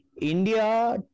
India